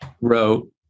wrote